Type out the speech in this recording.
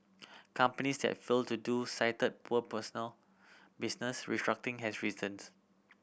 companies that failed to do cited poor personal business restructuring has reasons